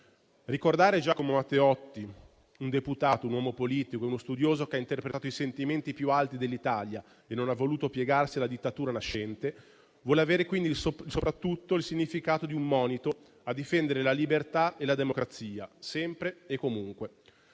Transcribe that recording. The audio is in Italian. Ricordare Giacomo Matteotti, un deputato, un uomo politico e uno studioso che ha interpretato i sentimenti più alti dell'Italia e non ha voluto piegarsi alla dittatura nascente, vuole avere quindi soprattutto il significato di un monito a difendere la libertà e la democrazia sempre e comunque.